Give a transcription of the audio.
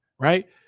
right